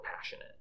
passionate